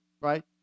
right